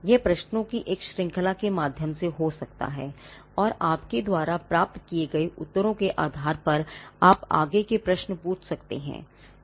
यह प्रश्नों की एक श्रृंखला के माध्यम से हो सकता है और आपके द्वारा प्राप्त किए गए उत्तरों के आधार पर आप आगे के प्रश्न पूछ सकते हैं